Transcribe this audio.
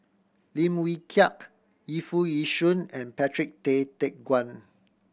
Lim Wee Kiak Yu Foo Yee Shoon and Patrick Tay Teck Guan